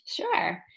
Sure